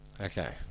Okay